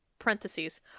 parentheses